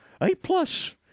A-plus